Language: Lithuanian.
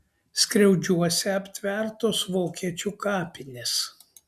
skriaudžiuose aptvertos vokiečių kapinės